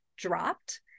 dropped